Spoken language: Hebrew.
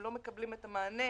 הם לא מקבלים מענה